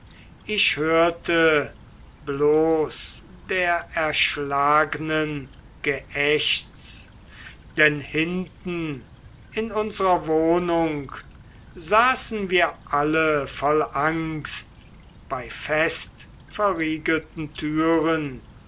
ich hörte bloß der erschlagnen geächz denn hinten in unserer wohnung saßen wir alle voll angst bei festverriegelten türen